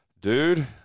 dude